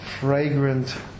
fragrant